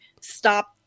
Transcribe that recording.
stop